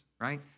right